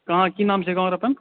कहाँ की नाम छियै गांव रतन